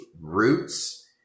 roots